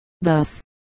Thus